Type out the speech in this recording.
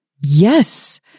Yes